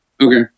Okay